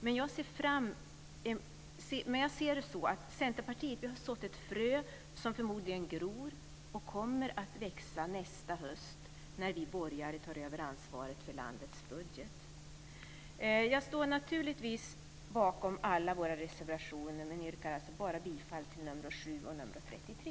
Men jag ser det som att Centerpartiet har sått ett frö som förmodligen gror och kommer att växa nästa höst, när vi borgare tar över ansvaret för landets budget. Jag står naturligtvis bakom alla våra reservationer, men yrkar bara bifall till nr 7 och nr 33.